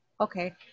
okay